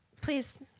Please